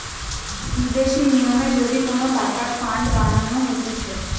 বিদেশি নিয়মে যদি কোন টাকার ফান্ড বানানো হতিছে